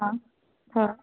हाँ हाँ